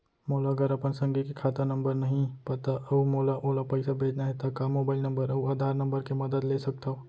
मोला अगर अपन संगी के खाता नंबर नहीं पता अऊ मोला ओला पइसा भेजना हे ता का मोबाईल नंबर अऊ आधार नंबर के मदद ले सकथव?